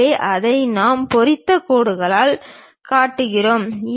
எனவே அதை நாம் பொறித்த கோடுகளாகக் காட்டுகிறோம்